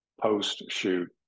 post-shoot